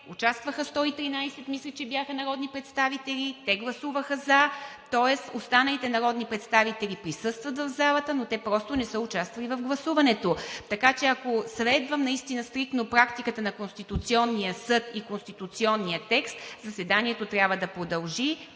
участваха 113, мисля, че бяха народни представители. Те гласуваха за, тоест останалите народни представители присъстват в залата, но те просто не са участвали в гласуването. Така че, ако следвам наистина стриктно практиката на Конституционния съд и конституционния текст, заседанието трябва да продължи